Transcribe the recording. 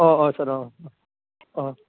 अह अह सार अह अह